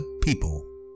people